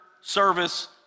service